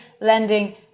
lending